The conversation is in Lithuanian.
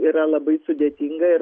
yra labai sudėtinga ir